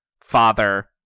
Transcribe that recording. father